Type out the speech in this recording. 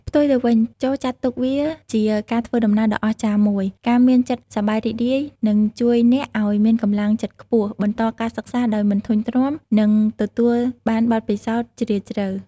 ផ្ទុយទៅវិញ ចូរចាត់ទុកវាជាការធ្វើដំណើរដ៏អស្ចារ្យមួយ។ ការមានចិត្តសប្បាយរីករាយនឹងជួយអ្នកឱ្យ មានកម្លាំងចិត្តខ្ពស់ បន្តការសិក្សាដោយមិនធុញទ្រាន់ និងទទួលបានបទពិសោធន៍ជ្រាលជ្រៅ។